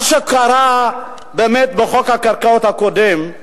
מה שקרה בחוק הקרקעות הקודם,